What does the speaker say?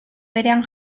berean